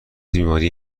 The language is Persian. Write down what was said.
بیماری